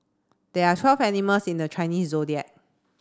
there are twelve animals in the Chinese Zodiac